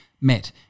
met